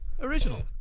Original